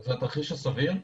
זה התרחיש הסביר,